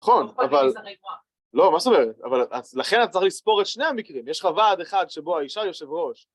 ‫נכון, אבל... ‫- לא כל הכבוד, זה רק רואה. ‫- לא, מה זאת אומרת? ‫אבל לכן אתה צריך לספור את שני המקרים - ‫יש לך ועד אחד ‫שבו האישה יושב ראש.